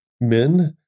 men